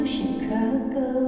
Chicago